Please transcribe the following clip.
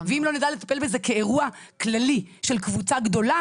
ואם לא נדע לטפל בזה כאירוע כללי של קבוצה גדולה